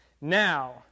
Now